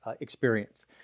experience